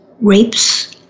rapes